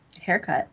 haircut